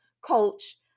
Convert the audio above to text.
coach